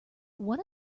one